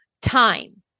time